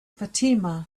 fatima